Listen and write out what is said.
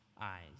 eyes